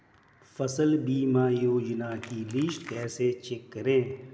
फसल बीमा योजना की लिस्ट कैसे चेक करें?